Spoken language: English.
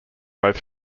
both